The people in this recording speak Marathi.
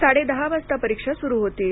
साडेदहा वाजता परीक्षा सुरू होतील